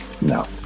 No